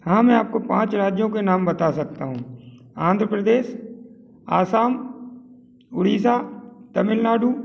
हाँ मैं आप को पाँच राज्यों के नाम बता सकता हूँ आन्ध्र प्रदेश आसाम उड़ीसा तमिल नाडु